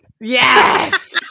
yes